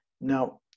Now